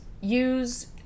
use